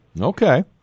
Okay